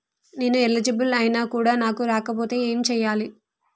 నేను ఎలిజిబుల్ ఐనా కూడా నాకు రాకపోతే ఏం చేయాలి?